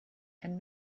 and